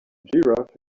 giraffe